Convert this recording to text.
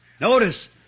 Notice